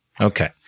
Okay